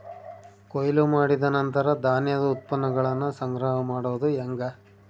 ಕೊಯ್ಲು ಮಾಡಿದ ನಂತರ ಧಾನ್ಯದ ಉತ್ಪನ್ನಗಳನ್ನ ಸಂಗ್ರಹ ಮಾಡೋದು ಹೆಂಗ?